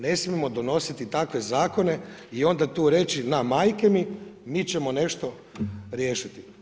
Ne smijemo donositi takve zakone i onda tu reći na majke mi, mi ćemo nešto riješiti.